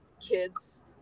kids